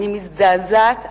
מזדעזעת,